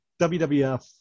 WWF